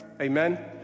Amen